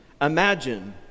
imagine